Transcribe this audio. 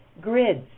grids